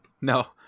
No